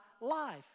life